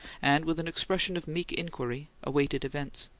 and, with an expression of meek inquiry, awaited events.